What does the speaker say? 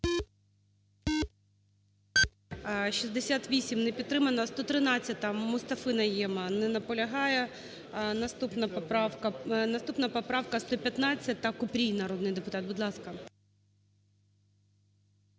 68. Не підтримано. 113-а Мустафи Найєма. Не наполягає. Наступна поправка 115, Купрій, народний депутат. Будь ласка.